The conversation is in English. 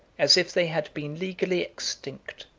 as if they had been legally extinct,